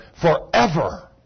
forever